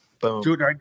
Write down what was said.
Boom